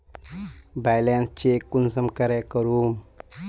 Balance check कुंसम करे करूम?